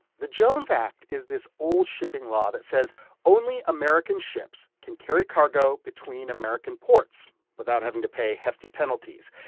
the jones act is this old shipping law that says only american ships can carry cargo between american ports without having to pay hefty penalties.